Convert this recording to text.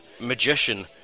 magician